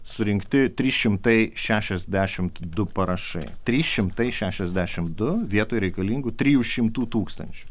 surinkti trys šimtai šešiasdešimt du parašai trys šimtai šešiasdešimt du vietoj reikalingų trijų šimtų tūkstančių